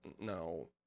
No